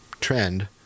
trend